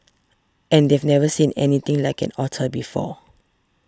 and they've never seen anything like an otter before